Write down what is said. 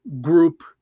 group